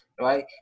right